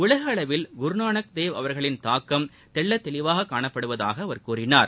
உலகஅளவில் குருநானக் தேவ் அவர்களின் தாக்கம் தெள்ளத் தெளிவாககாணப்படுவதாகஅவர் கூறினார்